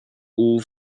all